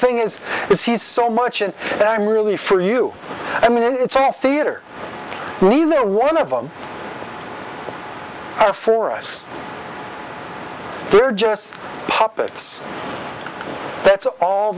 thing is is he's so much and i'm really for you i mean it's all theater neither one of them are for us they're just puppets that's all